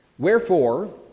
Wherefore